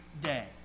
day